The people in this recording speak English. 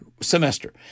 semester